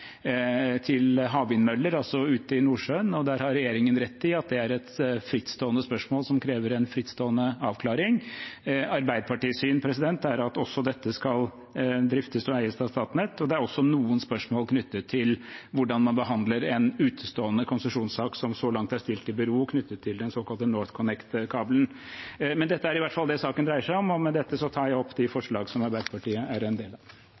havvindmøller, altså ute i Nordsjøen. Der har regjeringen rett i at det er et frittstående spørsmål som krever en frittstående avklaring. Arbeiderpartiets syn er at også dette skal driftes og eies av Statnett. Det er også noen spørsmål knyttet til hvordan man behandler en utestående konsesjonssak som så langt er stilt i bero, knyttet til den såkalte NorthConnect-kabelen. Men dette er i hvert fall det saken dreier seg om. Med dette tar jeg opp de forslag som Arbeiderpartiet er en del av.